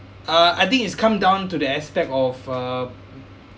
uh I think it's come down to the aspect of uh